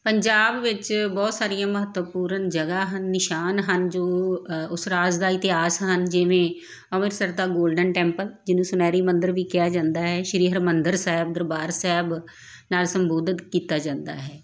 ਪੰਜਾਬ ਵਿੱਚ ਬਹੁਤ ਸਾਰੀਆਂ ਮਹੱਤਵਪੂਰਨ ਜਗ੍ਹਾ ਹਨ ਨਿਸ਼ਾਨ ਹਨ ਜੋ ਉਸ ਰਾਜ ਦਾ ਇਤਿਹਾਸ ਹਨ ਜਿਵੇਂ ਅੰਮ੍ਰਿਤਸਰ ਦਾ ਗੋਲਡਨ ਟੈਂਪਲ ਜਿਹਨੂੰ ਸੁਨਹਿਰੀ ਮੰਦਿਰ ਵੀ ਕਿਹਾ ਜਾਂਦਾ ਹੈ ਸ਼੍ਰੀ ਹਰਿਮੰਦਰ ਸਾਹਿਬ ਦਰਬਾਰ ਸਾਹਿਬ ਨਾਲ ਸੰਬੋਧਕ ਕੀਤਾ ਜਾਂਦਾ ਹੈ